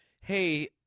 hey